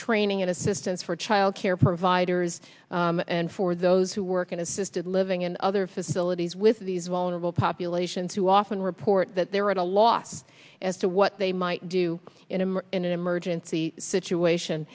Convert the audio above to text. training and assistance for child care providers and for those who work in assisted living and other facilities with these vulnerable populations who often report that they're at a loss as to what they might do in a more in an emergency situation